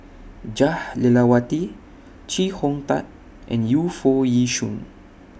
Jah Lelawati Chee Hong Tat and Yu Foo Yee Shoon